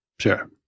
Sure